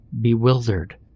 bewildered